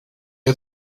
had